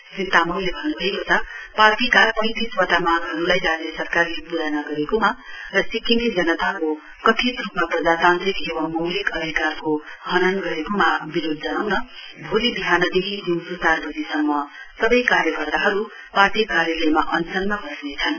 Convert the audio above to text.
श्री तामङले भन्नुभएको छ पार्टीका पैंतिसवटा मांघहरुलाई राज्य सरकारले पूरा नगरेकोमा र सिक्किमे जनताको कथित रुपमा प्रजातान्त्रिक एवं मौलिक अधिकारको हनन गरेकोमा विरोध जनाउन भोलि विहान देखि दिउँसो चार वजीसम्म सवै कार्यकर्ताहरु पार्टी कार्यालयमा अनशनमा वस्नेछन्